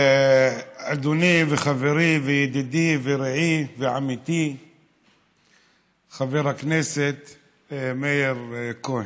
אדוני וחברי וידידי ורעי ועמיתי חבר הכנסת מאיר כהן,